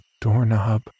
doorknob